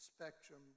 spectrum